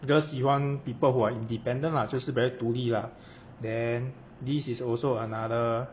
比较喜欢 people who are independent lah just a very 独立 lah then this is also another